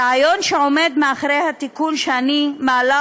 הרעיון שעומד מאחורי התיקון שאני מעלה,